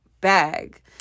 bag